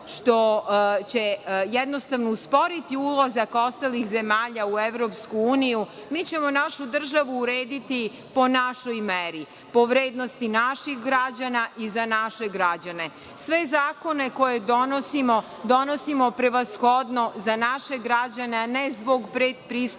nešto će usporiti ulazak ostalih zemalja u EU, mi ćemo našu državu urediti po našoj meri, po vrednosti naših građana i za naše građane. Sve zakone koje donosimo donosimo prevashodno za naše građane, a ne zbog predpristupnih